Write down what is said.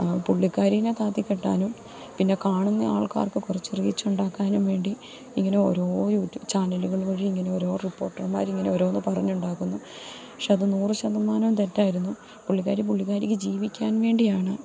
പുള്ളിക്കാരിനെ താത്തി കെട്ടാനും പിന്നെ കാണുന്ന ആൾക്കാർക്ക് കുറച്ച് റീച്ചുണ്ടാക്കാനും വേണ്ടി ഇങ്ങനെ ഓരോ യൂട്യൂബ ചാനലുകൾ വഴി ഇങ്ങനെ ഓരോ റിപ്പോർട്ടർമാർ ഇങ്ങനെ ഓരോന്ന് പറഞ്ഞുണ്ടാക്കുന്നു പക്ഷേ അത് നൂറ് ശതമാനവും തെറ്റായിരുന്നു പുള്ളിക്കാരി പുള്ളിക്കാരിക്ക് ജീവിക്കാൻ വേണ്ടിയാണ്